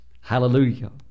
Hallelujah